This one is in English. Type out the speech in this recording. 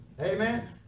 amen